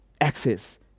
access